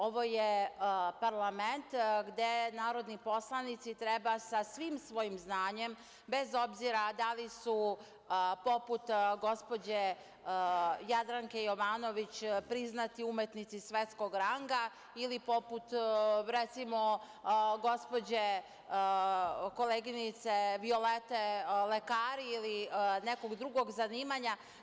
Ovo je parlament gde narodni poslanici treba sa svim svojim znanjem, bez obzira da li su poput gospođe Jadranke Jovanović priznati umetnici svetskog ranga ili poput koleginice Violete lekari ili nekog drugog zanimanja.